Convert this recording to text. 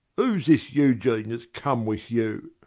who's this eugene that's come with you?